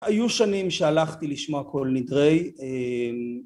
היו שנים שהלכתי לשמוע כל נדרי